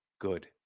good